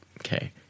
okay